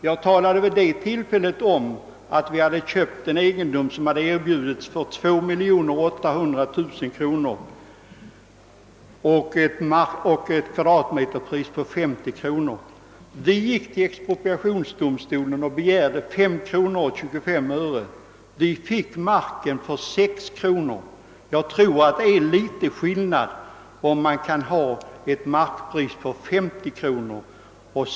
Jag talade vid det tillfället om att Malmö stad hade förvärvat en egendom som erbjudits för 2800 000 kronor och ett kvadratmeterpris på 50 kronor. Vi gick till expropriationsdomstolen och begärde att få lösa den för 5:25 kronor per kvadratmeter. Vi fick marken för 6 kronor.